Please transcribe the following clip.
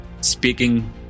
speaking